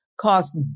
cost